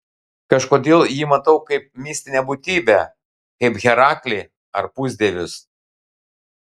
kažkodėl jį matau kaip mistinę būtybę kaip heraklį ar pusdievius